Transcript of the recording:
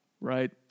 Right